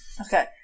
Okay